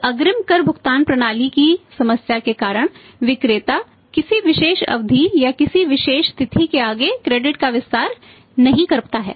उस अग्रिम कर भुगतान प्रणाली की समस्या के कारण विक्रेता किसी विशेष अवधि या किसी विशेष तिथि से आगे क्रेडिट का विस्तार नहीं कर सकता है